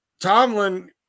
Tomlin